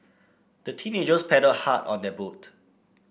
the teenagers paddled hard on their boat